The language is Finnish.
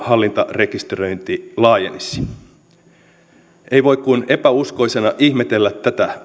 hallintarekisteröinti laajenisi ei voi kuin epäuskoisena ihmetellä tätä oopperaa